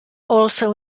also